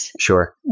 Sure